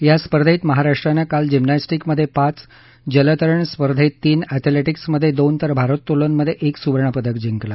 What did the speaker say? या स्पर्धेत महाराष्ट्रानं काल जिमनस्टिक्समधे पाच जलतरण स्पर्धेत तीन अध्यमेटिक्समधे दोन तर भारोत्तोलनमधे एक सुवर्णपदकं जिंकलं